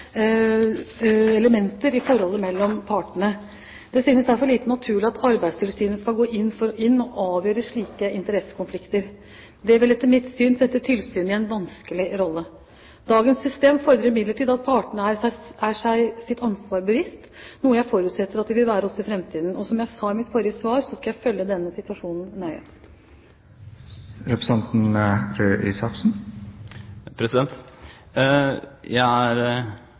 elementer i forholdet mellom partene. Det synes derfor lite naturlig at Arbeidstilsynet skal gå inn og avgjøre slike «interessekonflikter». Det vil etter mitt syn sette tilsynet i en vanskelig rolle. Dagens system fordrer imidlertid at partene er seg sitt ansvar bevisst, noe jeg forutsetter at de vil være også i fremtiden. Som jeg sa i mitt forrige svar, skal jeg følge denne situasjonen nøye.